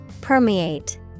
Permeate